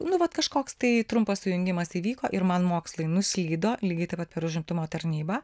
nu vat kažkoks tai trumpas sujungimas įvyko ir man mokslai nuslydo lygiai taip pat per užimtumo tarnybą